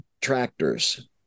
tractors